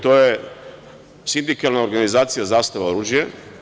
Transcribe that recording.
To je Sindikalna organizacija „Zastava oružje“